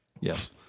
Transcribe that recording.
yes